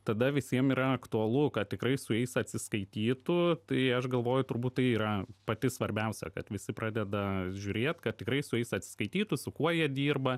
tada visiem yra aktualu kad tikrai su jais atsiskaitytų tai aš galvoju turbūt tai yra pati svarbiausia kad visi pradeda žiūrėt kad tikrai su jais atsiskaitytų su kuo jie dirba